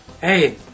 Hey